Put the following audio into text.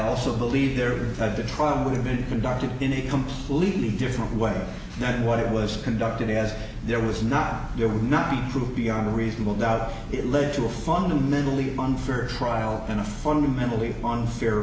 also believe there are at the trial would have been conducted in a completely different way than what it was conducted as there was not there would not be proof beyond a reasonable doubt it led to a fundamentally unfair trial and a fundamentally unfair